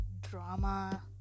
drama